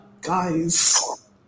guys